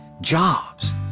jobs